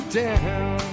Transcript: down